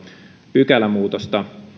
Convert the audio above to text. pykälämuutosta